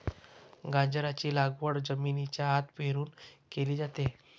गाजराची लागवड जमिनीच्या आत पेरून केली जाते